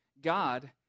God